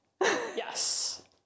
yes